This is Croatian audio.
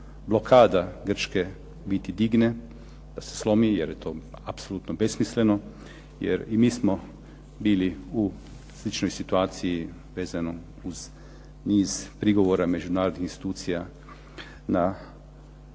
blokada Grčke u biti digne, da se slomi, jer je to apsolutno besmisleno. Jer i mi smo bili u sličnoj situaciji vezano uz niz prigovora međunarodnih institucija na